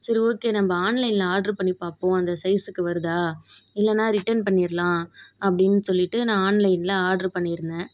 சரி ஓகே நம்ம ஆன்லைனில் ஆட்ரு பண்ணி பார்ப்போம் அந்த சைஸுக்கு வருதா இல்லைனா ரிட்டன் பண்ணிடலாம் அப்டின்னு சொல்லிவிட்டு நான் ஆன்லைனில் ஆட்ரு பண்ணிருந்தேன்